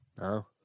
No